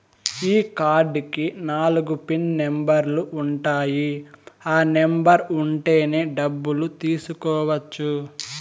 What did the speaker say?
ఈ కార్డ్ కి నాలుగు పిన్ నెంబర్లు ఉంటాయి ఆ నెంబర్ ఉంటేనే డబ్బులు తీసుకోవచ్చు